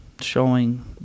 showing